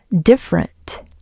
different